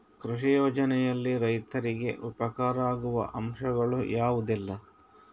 ಕೃಷಿ ಯೋಜನೆಯಲ್ಲಿ ರೈತರಿಗೆ ಉಪಕಾರ ಆಗುವ ಅಂಶಗಳು ಯಾವುದೆಲ್ಲ?